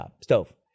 Stove